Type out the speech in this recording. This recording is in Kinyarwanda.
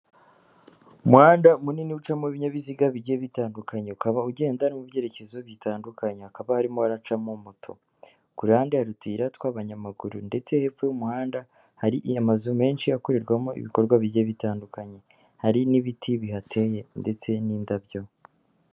Umuhanda munini ucamo ibinyabiziga bigiye bitandukanye ukaba ugenda no mu byerekezo bitandukanye hakaba harimo wacamo moto, ku ruhande hari utiyira tw'abanyamaguru ndetse hepfo y'umuhanda hari amazu menshi akorerwamo ibikorwa bigiye bitandukanye hari n'ibiti bihateye ndetse n'indabyo.